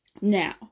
now